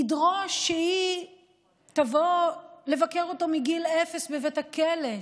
ידרוש שהיא תבוא לבקר אותו מגיל אפס בבית הכלא,